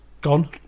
gone